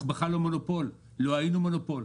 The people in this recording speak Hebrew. אנחנו בכלל לא מונופול ולא היינו מונופול.